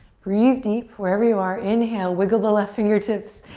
breathe deep wherever you are. inhale, wiggle the left fingertips.